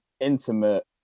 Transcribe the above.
intimate